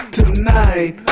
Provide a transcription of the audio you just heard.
tonight